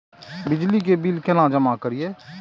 बिजली के बिल केना जमा करिए?